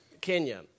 Kenya